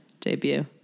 debut